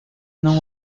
não